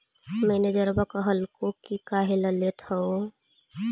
मैनेजरवा कहलको कि काहेला लेथ हहो?